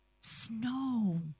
snow